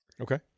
Okay